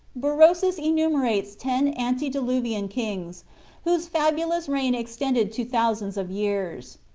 berosus enumerates ten antediluvian kings whose fabulous reign extended to thousands of years.